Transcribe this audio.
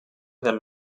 del